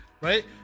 right